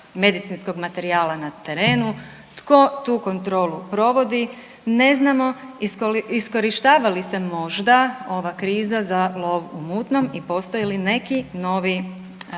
medicinskog materijala na terenu, tko tu kontrolu provodi, ne znamo iskorištava li se možda ova kriza za lov u mutnom i postoje li neki novi,